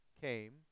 came